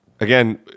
Again